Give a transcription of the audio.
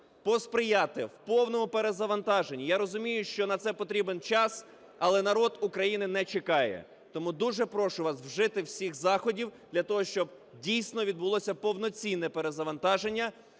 посприяти в повному перезавантаженні. Я розумію, що на це потрібен час, але народ України не чекає. Тому дуже прошу вас вжити всіх заходів для того, щоб, дійсно, відбулося повноцінне перезавантаження